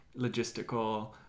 logistical